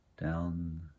down